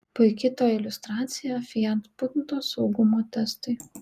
puiki to iliustracija fiat punto saugumo testai